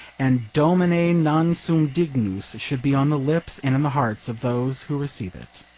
and domine, non sum dignus should be on the lips and in the hearts of those who receive it.